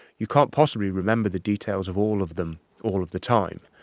you can't possibly remember the details of all of them all of the time.